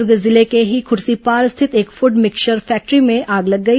दुर्ग जिले में खूर्सीपार स्थित एक फूड मिक्चर फैक्ट्री में आग लग गई